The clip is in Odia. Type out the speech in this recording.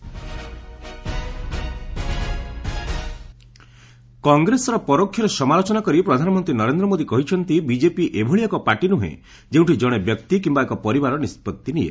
ପିଏମ ବିଜେପି ୱାର୍କର୍ସ କଂଗ୍ରେସର ପରୋକ୍ଷରେ ସମାଲୋଚନା କରି ପ୍ରଧାନମନ୍ତ୍ରୀ ନରେନ୍ଦ୍ର ମୋଦି କହିଛନ୍ତି ବିଜେପି ଏଭଳି ଏକ ପାର୍ଟି ନୁହେଁ ଯେଉଁଠି ଜଣେ ବ୍ୟକ୍ତି କିମ୍ବା ଏକ ପରିବାର ନିଷ୍ପଭି ନିଏ